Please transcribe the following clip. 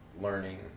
learning